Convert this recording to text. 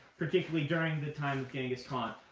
particularly during the time of genghis khan.